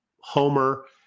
Homer